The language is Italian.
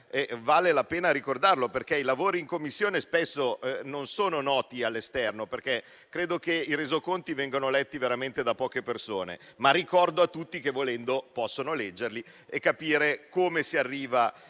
vale la pena ricordare, perché i lavori in Commissione spesso non sono noti all'esterno. Credo che i Resoconti vengano letti veramente da poche persone; ma ricordo a tutti che, volendo, possono leggerli e capire come si arriva